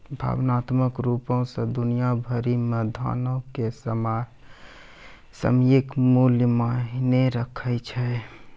भावनात्मक रुपो से दुनिया भरि मे धनो के सामयिक मूल्य मायने राखै छै